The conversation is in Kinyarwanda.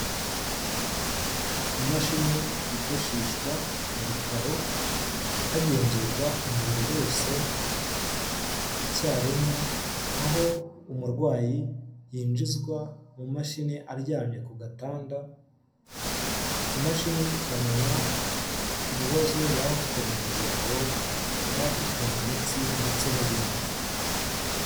Imashini yifashishwa mu bitaro hagenzurwa umubiri wose icyarimwe, aho umurwayi yinjizwa mu mashini aryamye ku gatanda imashini ikamenya ibibazo yaba afite mu ngingo, yaba afite mu mitsi ndetse n'ibindi.